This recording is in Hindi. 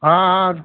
हाँ हाँ